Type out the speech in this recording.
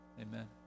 Amen